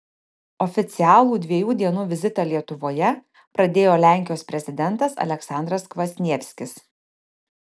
oficialų dviejų dienų vizitą lietuvoje pradėjo lenkijos prezidentas aleksandras kvasnievskis